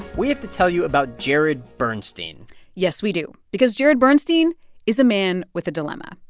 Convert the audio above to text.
we have to tell you about jared bernstein yes, we do because jared bernstein is a man with a dilemma.